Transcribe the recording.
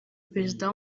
perezida